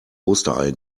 osterei